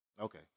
Okay